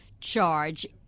charge